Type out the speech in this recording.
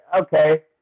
okay